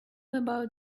about